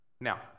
Now